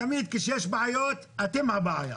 תמיד כשיש בעיות אתם הבעיה.